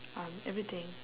um everything